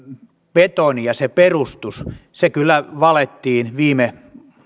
betoni ja perustus kyllä valettiin viime